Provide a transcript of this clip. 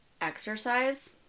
exercise